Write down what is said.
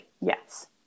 yes